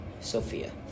Sophia